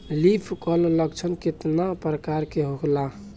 Leaf curl लक्षण केतना परकार के होला?